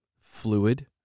fluid